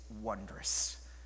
wondrous